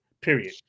period